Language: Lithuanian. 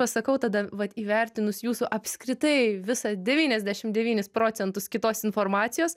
pasakau tada vat įvertinus jūsų apskritai visą devyniasdešimt devynis procentus kitos informacijos